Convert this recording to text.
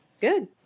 Good